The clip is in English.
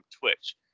Twitch